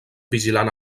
vigilant